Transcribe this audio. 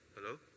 Hello